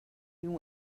new